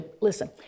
Listen